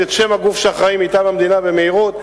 את שם הגוף שאחראי מטעם המדינה על מהירות,